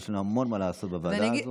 ויש לנו המון מה לעשות בוועדה הזו.